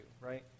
right